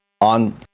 on